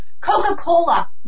Coca-Cola